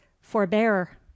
forbear